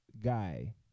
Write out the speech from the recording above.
Guy